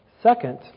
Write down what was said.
Second